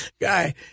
guy